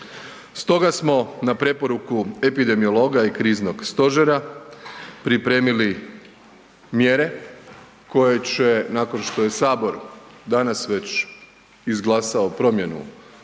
Stoga smo na preporuku epidemiologa i Kriznog stožera pripremili mjere koje će nakon što je Sabor danas već izglasao promjenu